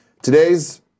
Today's